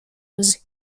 was